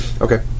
Okay